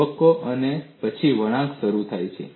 તબક્કો અને પછી વળાંક શરૂ થાય છે